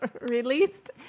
Released